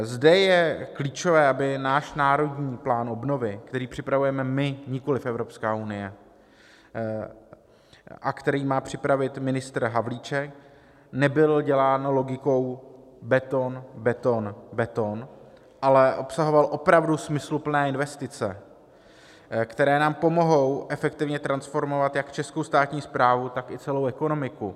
Zde je klíčové, aby náš národní plán obnovy, který připravujeme my, nikoliv Evropská unie, a který má připravit ministr Havlíček, nebyl dělán logikou beton, beton, beton, ale obsahoval opravdu smysluplné investice, které nám pomohou efektivně transformovat jak českou státní správu, tak i celou ekonomiku.